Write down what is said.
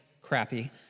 crappy